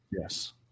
Yes